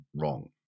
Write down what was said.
wrong